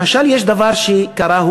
למשל יש דבר שקרה,